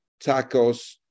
tacos